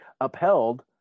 upheld